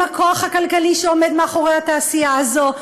הם הכוח הכלכלי שעומד מאחורי התעשייה הזאת,